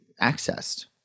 accessed